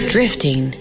Drifting